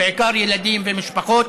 ובעיקר ילדים ומשפחות,